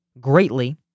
greatly